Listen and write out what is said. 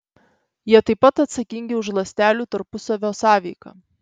jie taip pat atsakingi už ląstelių tarpusavio sąveiką